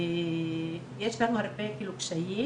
יש לנו הרבה קשיים,